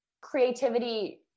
creativity